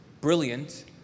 brilliant